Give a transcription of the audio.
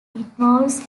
involves